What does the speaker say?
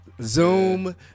Zoom